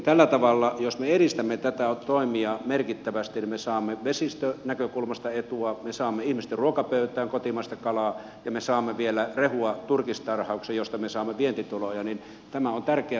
tällä tavalla jos me edistämme näitä toimia merkittävästi me saamme vesistönäkökulmasta etua me saamme ihmisten ruokapöytään kotimaista kalaa ja me saamme vielä rehua turkistarhaukseen josta me saamme vientituloja niin että tämä on tärkeä sektori kehittää